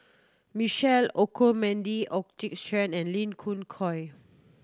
Michael Olcomendy and Lee Khoon Choy